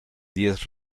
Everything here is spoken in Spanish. diez